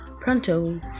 pronto